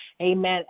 amen